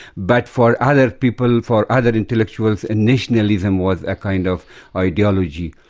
but for other people, for other intellectuals, and nationalism was a kind of ideology.